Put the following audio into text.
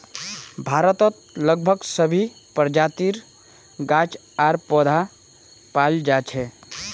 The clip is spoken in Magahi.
भारतत लगभग सभी प्रजातिर गाछ आर पौधा पाल जा छेक